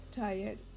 tired